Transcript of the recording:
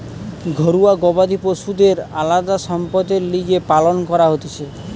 ঘরুয়া গবাদি পশুদের আলদা সম্পদের লিগে পালন করা হতিছে